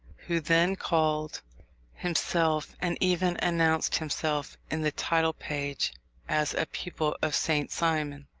who then called himself, and even announced himself in the title-page as, a pupil of saint simon.